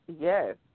Yes